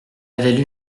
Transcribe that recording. avait